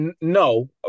no